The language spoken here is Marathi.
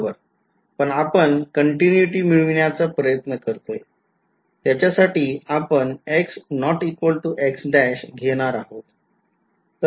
बरोबर पण आपण continuity मिळविण्याचा प्रयत्न करतोय त्याच्यासाठी आपण घेणार आहोत